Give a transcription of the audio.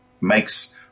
Makes